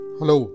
Hello